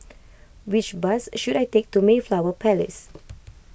which bus should I take to Mayflower Palace